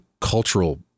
cultural